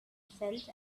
felt